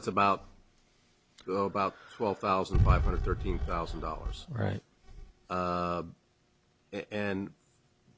it's about oh about twelve thousand five hundred thirteen thousand dollars right and